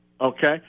Okay